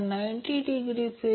5 XC 2 61000 असेल